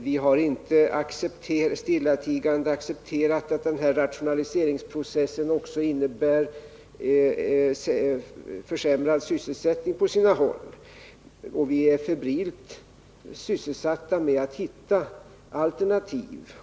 Vi har inte stillatigande accepterat att den här rationaliseringsprocessen också innebär försämrad sysselsättning på sina håll, utan vi är febrilt sysselsatta med att hitta alternativ.